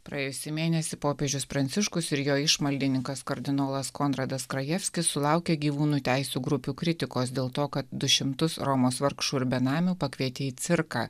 praėjusį mėnesį popiežius pranciškus ir jo išmaldininkas kardinolas konradas grajevskis sulaukė gyvūnų teisių grupių kritikos dėl to kad du šimtus romos vargšų ir benamių pakvietė į cirką